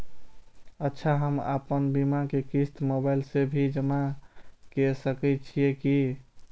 अच्छा हम आपन बीमा के क़िस्त मोबाइल से भी जमा के सकै छीयै की?